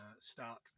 start